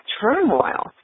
turmoil